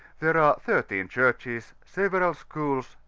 there are thirteen churches, several schools,